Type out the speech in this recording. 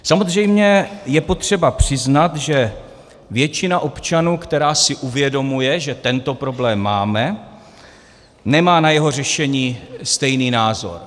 Samozřejmě je potřeba přiznat, že většina občanů, která si uvědomuje, že tento problém máme, nemá na jeho řešení stejný názor.